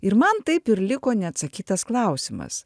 ir man taip ir liko neatsakytas klausimas